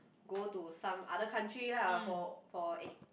go to some other country lah for for